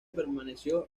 permaneció